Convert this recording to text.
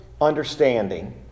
understanding